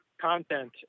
content